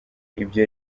ibyo